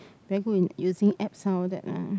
very good in using Apps all that ah